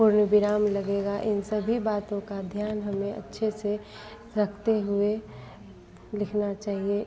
पूर्णविराम लगेगा इन सभी बातों का ध्यान हमें अच्छे से रखते हुए लिखना चाहिए